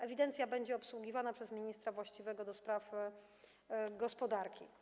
Ewidencja będzie obsługiwana przez ministra właściwego do spraw gospodarki.